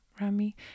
Rami